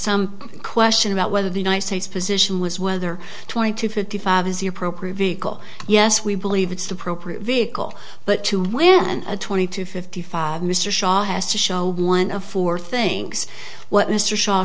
some question about whether the united states position was whether twenty to fifty five is the appropriate vehicle yes we believe it's appropriate vehicle but to win a twenty two fifty five mr shaw has to show one of four things what m